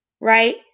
right